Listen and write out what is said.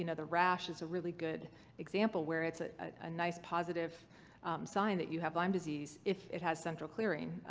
and the rash is a really good example where it's ah a nice positive sign that you have lyme disease if it has central clearing.